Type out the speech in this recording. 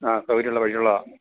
ആ സൗകര്യമുള്ള വഴികളാണ്